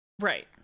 right